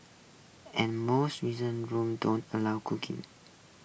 and most reason rooms don't allow cooking